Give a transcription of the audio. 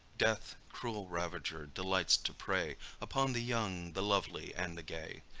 death, cruel ravager, delights to prey upon the young, the lovely and the gay.